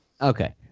Okay